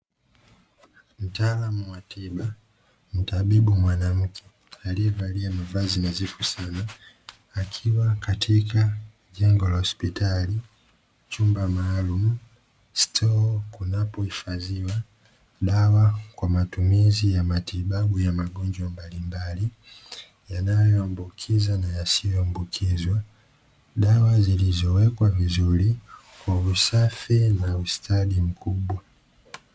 Mtaalamu wa tiba, mtabibu mwanamke aliyevalia mavazi nadhifu sana, akiwa katika jengo la hospitali chumba maalumu, stoo kunapohifadhiwa dawa kwa matumizi ya matibabu ya magonjwa mbalimbali yanayoambukiza na yasiyoambukizwa, dawa zilizowekwa vizuri kwa usafi na ustadi mkubwa.